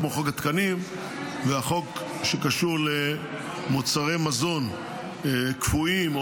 כמו חוק התקנים והחוק שקשור למוצרי מזון קפואים,